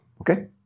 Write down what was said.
okay